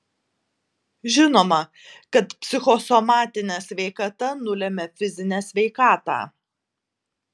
žinoma kad psichosomatinė sveikata nulemia fizinę sveikatą